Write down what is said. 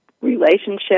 relationship